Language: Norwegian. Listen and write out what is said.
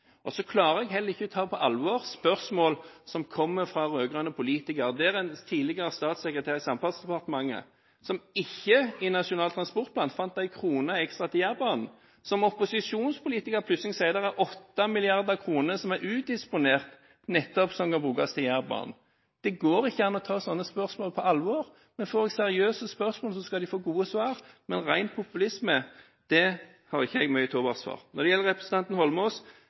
klarer heller ikke ta på alvor spørsmål som kommer fra rød-grønne politikere, når en tidligere statssekretær i Samferdselsdepartementet ikke fant én krone ekstra til Jærbanen i Nasjonal transportplan, men som opposisjonspolitiker plutselig sier at det er 8 mrd. kr som er udisponert og nettopp kan brukes til Jærbanen. Det går ikke an å ta sånne spørsmål på alvor. Får vi seriøse spørsmål, skal de få gode svar, men ren populisme har jeg ikke mye til overs for. Når det gjelder representanten Eidsvoll Holmås: